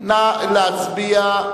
חנא סוייד ועפו אגבאריה,